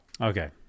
Okay